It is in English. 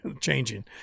changing